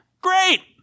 Great